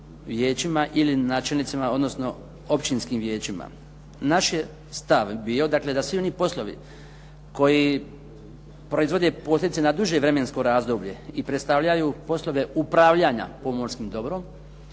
vijećima ili načelnicima odnosno općinskim vijećima. Naš je stav bio dakle da svi oni poslovi koji proizvode posljedice na duže vremensko razdoblje i predstavljaju poslove upravljanja pomorskim dobrom,